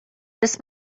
this